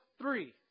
three